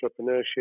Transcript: entrepreneurship